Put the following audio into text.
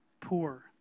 poor